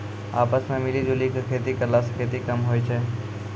आपस मॅ मिली जुली क खेती करला स खेती कम होय छै